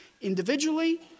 individually